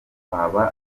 kwaba